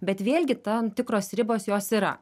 bet vėlgi tam tikros ribos jos yra